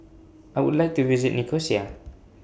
I Would like to visit Nicosia